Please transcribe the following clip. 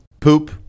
Poop